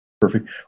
perfect